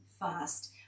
fast